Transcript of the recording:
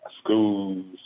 Schools